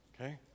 Okay